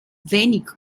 wenig